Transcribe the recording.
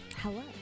Hello